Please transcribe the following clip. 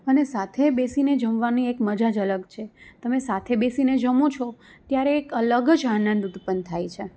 અને સાથે બેસીને જમવાની એક મઝા જ અલગ છે તમે સાથે બેસીને જમો છો ત્યારે એક અલગ જ આનંદ ઉત્પન્ન થાય છે